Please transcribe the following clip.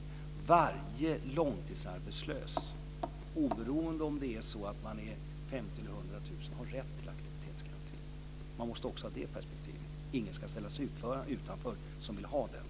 Varje långtidsarbetslös - oberoende av om det finns 50 000 eller 100 000 - har rätt till aktivitetsgarantin. Man måste också ha det perspektivet. Ingen ska ställas utanför som vill ha detta.